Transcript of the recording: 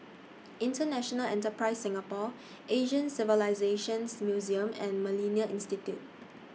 International Enterprise Singapore Asian Civilisations Museum and Millennia Institute